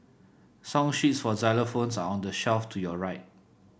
song sheets for xylophones are on the shelf to your right